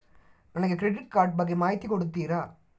ನನಗೆ credit card ಬಗ್ಗೆ ಮಾಹಿತಿ ಕೊಡುತ್ತೀರಾ?